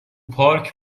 پارک